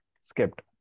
skipped